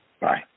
Bye